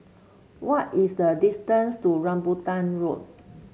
what is the distance to Rambutan Road